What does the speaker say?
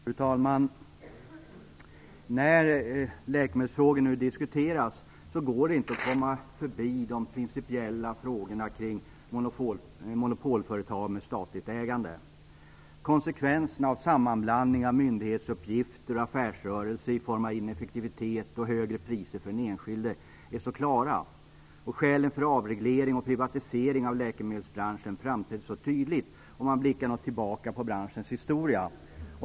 Fru talman! När läkemedelsfrågor nu diskuteras går det inte att komma förbi de principiella frågorna kring monopolföretag med statligt ägande. Konsekvenserna av sammanblandningen av myndighetsuppgift och affärsrörelse i form av ineffektivitet och högre priser för den enskilde är så klara. Skälen för avreglering och privatisering av läkemedelsbranschen framträder så tydligt om man blickar något tillbaka på branschens historia.